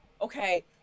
okay